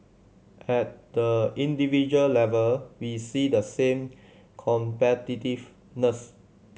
at the individual level we see the same competitiveness